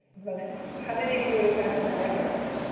most of you. how many of you would have gone to mount everest?